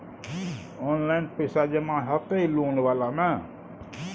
Online पैसा जमा हते लोन वाला में?